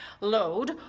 load